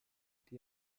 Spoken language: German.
die